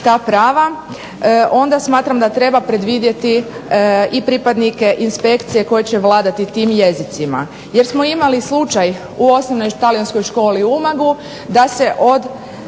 onda smatram da treba predvidjeti i pripadnike inspekcije koji će vladati tim jezicima. Jer smo imali slučaj u osnovnoj talijanskoj školi u Umagu da se od